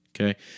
Okay